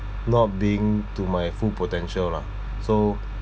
not being to my full potential lah so